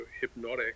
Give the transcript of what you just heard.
hypnotic